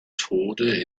tode